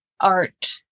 art